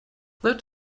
that